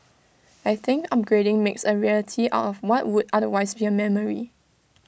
I think upgrading makes A reality out of what would otherwise be A memory